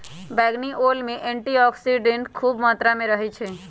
बइगनी ओल में एंटीऑक्सीडेंट्स ख़ुब मत्रा में रहै छइ